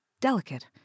delicate